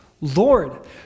Lord